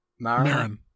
Maren